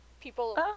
people